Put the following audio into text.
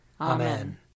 Amen